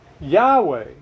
Yahweh